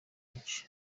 inc